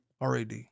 RAD